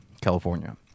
California